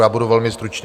Já budu velmi stručný.